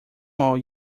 all